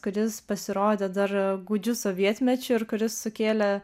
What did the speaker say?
kuris pasirodė dar gūdžiu sovietmečiu ir kuris sukėlė